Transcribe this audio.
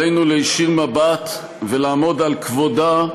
עלינו להישיר מבט ולעמוד על כבודה,